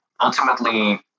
Ultimately